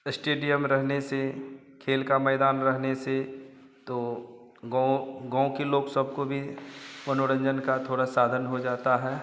stadium रहने से खेल का मैदान रहने से तो गाँव गाँव के लोग सब को भी मनोरंजन का थोड़ा साधन हो जाता है